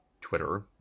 Twitter